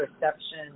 perception